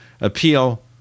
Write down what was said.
appeal